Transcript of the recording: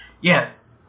Yes